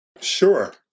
Sure